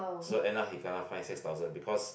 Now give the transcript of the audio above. so end up he kena fine six thousand because